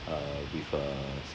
uh with a